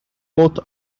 both